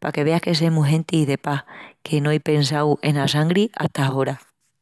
Paque veas que semus genti de pas que no ei pensau ena sangri hata agora.